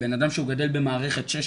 בן אדם שהוא גדל במערכת 6 שנים,